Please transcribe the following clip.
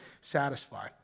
satisfy